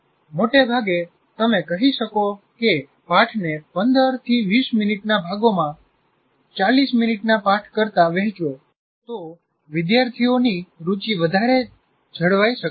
મોટે ભાગે તમે કહી શકો કે પાઠને 15 થી 20 મિનિટના ભાગોમાં 40 મિનિટના પાઠ કરતાં વહેચો તો વિદ્યાર્થીઓની રુચિ વધારે જાળવાય શકે છે